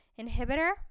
inhibitor